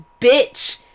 bitch